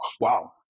wow